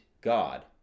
God